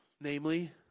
namely